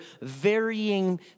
varying